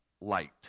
light